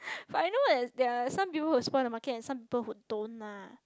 but I know that they are some people who spoil the market and some people who don't lah